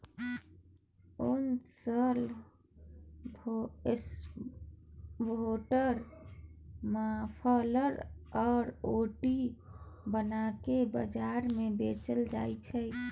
उन सँ साल, स्वेटर, मफलर आ टोपी बनाए बजार मे बेचल जाइ छै